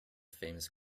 famous